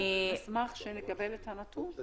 נשמח לתת את הנתון ונעשה זאת.